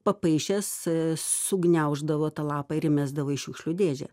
papaišęs sugniauždavo tą lapą ir įmesdavo į šiukšlių dėžę